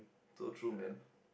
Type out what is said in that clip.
so true man